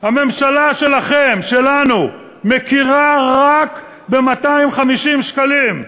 הממשלה שלכם, שלנו, מכירה רק ב-250 שקלים.